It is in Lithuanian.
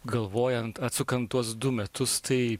galvojant atsukant tuos du metus tai